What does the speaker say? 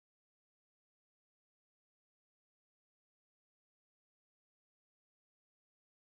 and I was staying at woodlands so for me to actually travel there every other morning right it's like